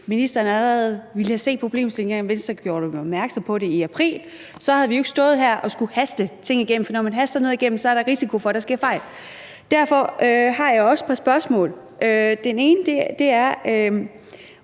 ministeren allerede ville have set problemstillingen, da Venstre gjorde ham opmærksom på det i april, havde vi ikke stået her for at haste ting igennem. For når man haster noget igennem, er der risiko for, at der sker fejl. Derfor har jeg også et par spørgsmål. Det ene er: